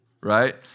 right